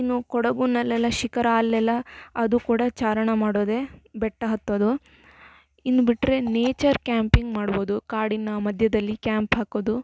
ಇನ್ನೂ ಕೊಡಗಿನಲ್ಲೆಲ್ಲ ಶಿಖರ ಅಲ್ಲೆಲ್ಲ ಅದು ಕೂಡ ಚಾರಣ ಮಾಡೋದೇ ಬೆಟ್ಟ ಹತ್ತೋದು ಇನ್ನು ಬಿಟ್ಟರೆ ನೇಚರ್ ಕ್ಯಾಂಪಿಂಗ್ ಮಾಡ್ಬೋದು ಕಾಡಿನ ಮಧ್ಯದಲ್ಲಿ ಕ್ಯಾಂಪ್ ಹಾಕೋದು